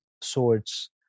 swords